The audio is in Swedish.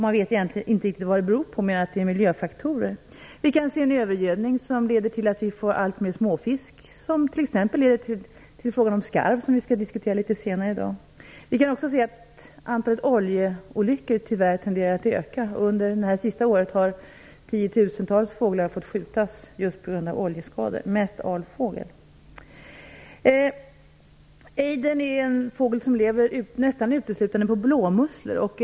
Man vet egentligen inte riktigt vad det beror på, mer än att det är miljöfaktorer. Det är övergödningen, som leder till att det blir alltmer småfisk. Då kommer man bl.a. in på frågan om skarv, som vi skall diskutera senare i dag. Vi kan också se att antalet oljeolyckor tyvärr tenderar att öka. Under det senaste året har tiotusentals fåglar fått skjutas på grund av oljeskador, mest alfågel. Ejder är en fågel som lever nästan uteslutande på blåmusslor.